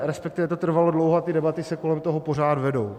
Respektive to trvalo dlouho a ty debaty se kolem toho pořád vedou.